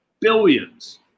Billions